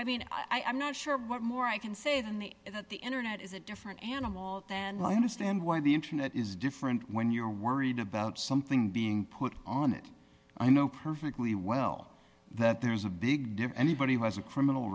i mean i'm not sure what more i can say than the that the internet is a different animal than my understand why the internet is different when you're worried about something being put on it i know perfectly well that there is a big diff anybody who has a criminal